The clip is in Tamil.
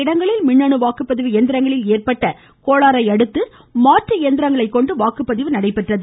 இடங்களில் மின்னணு வாக்குப்பதிவு இயந்திரங்களில் இரற்பட்ட சில கோளாறையடுத்து மாற்ற இயந்திரங்களைக் கொண்டு வாக்குப்பதிவு நடைபெற்றது